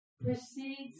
proceeds